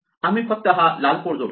आम्ही फक्त हा लाल कोड जोडतो